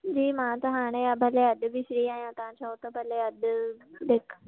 जी मां त हाणे भले अॼु बि फ़्री आहियां तव्हां चओ त भले अॼु